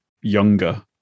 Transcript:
younger